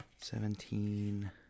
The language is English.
seventeen